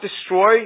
destroy